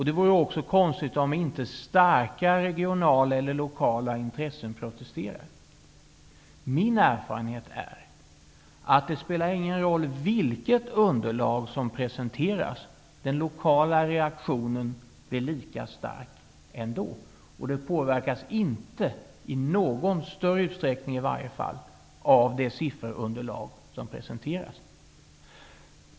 Det vore också konstigt, om inte starka regionala eller lokala intressen protesterade. Min erfarenhet är att det spelar ingen roll vilket underlag som presenteras. Den lokala reaktionen blir lika stark ändå, och den påverkas inte i någon större utsträckning av det sifferunderlag som presenteras.